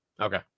okay